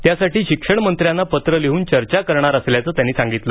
त्यासाठी शिक्षणमंत्र्यांना पत्र लिहन चर्चा करणार असल्याचं त्यांनी सांगितलं